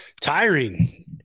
Tiring